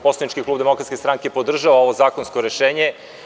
Poslanički klub Demokratske stranke podržava ovo zakonsko rešenje.